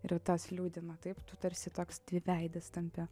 ir tas liūdina taip tu tarsi toks dviveidis tampi